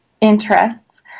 interests